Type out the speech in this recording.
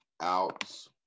outs